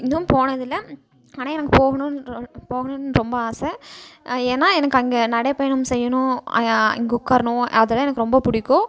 இன்னும் போனது இல்லை ஆனால் எனக்கு போகணுன்னு போகணுன்னு ரொம்ப ஆசை ஏன்னா எனக்கு அங்கே நடைப்பயணம் செய்யணும் அங்கே உக்காரணும் அதெல்லாம் எனக்கு ரொம்ப பிடிக்கும்